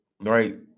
right